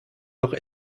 noch